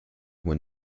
when